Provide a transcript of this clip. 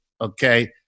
okay